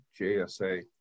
JSA